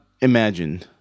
imagine